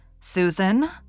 Susan